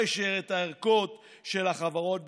אישר לשימוש את הערכות של החברות בסין.